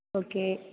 okay